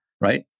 right